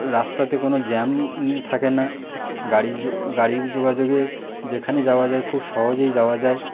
রাস্তাতে কোনো জ্যাম থাকে না গাড়ি গাড়ি যোগাযোগে যেখানে যাওয়া যায় খুব সহজেই যাওয়া যায়